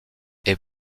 est